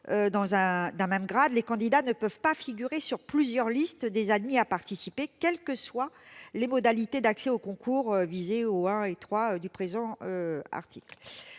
d'un même grade, les candidats ne peuvent pas figurer sur plusieurs listes des admis à participer, quelles que soient les modalités d'accès au concours visées aux 1° à 3° du présent article.